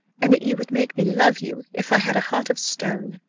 and that you would make me love you if i had a heart of stone,